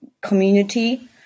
community